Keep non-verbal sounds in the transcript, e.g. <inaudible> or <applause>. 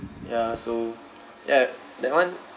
ya so <noise> ya that [one]